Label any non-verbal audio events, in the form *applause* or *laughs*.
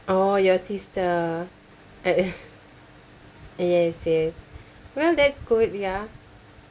oh your sister *laughs* yes yes well that's good ya